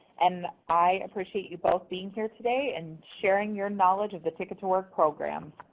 and i appreciate you both being here today and sharing your knowledge of the ticket to work program.